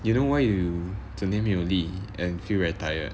you know why you 整天没有力 and feel very tired